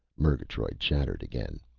murgatroyd chattered again.